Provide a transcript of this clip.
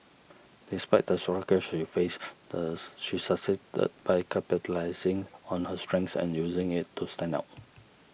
despite the struggles she faced thus she succeeded by capitalising on her strengths and using it to stand out